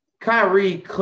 Kyrie